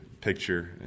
picture